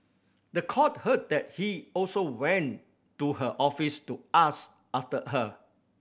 the court heard that he also went to her office to ask after her